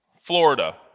Florida